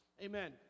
Amen